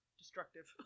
destructive